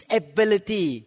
ability